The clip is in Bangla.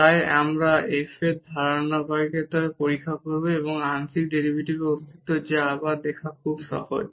তাই আমরা f এর ধারাবাহিকতা পরীক্ষা করব এবং আংশিক ডেরিভেটিভের অস্তিত্বকে দেখা সহজ